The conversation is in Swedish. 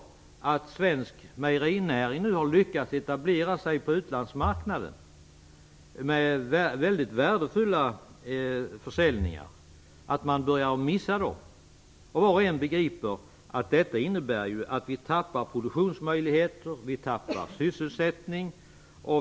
Svensk mejerinäring, som nu har lyckats etablera sig på utlandsmarknaden med mycket värdefulla försäljningar, börjar nu att missa dem. Var och en begriper ju att detta innebär att vi förlorar produktionsmöjligheter och sysselsättning.